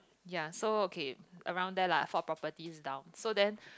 ya so okay around there lah for properties down so then